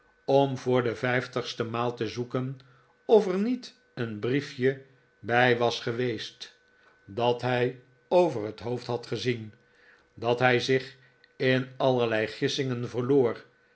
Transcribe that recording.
om voor de vijftigste maal te zoeken of er niet een briefje bij was geweest dat hij over het hoofd had gezien dat hij zich in allerlei gissingen verloor